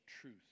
truth